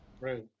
right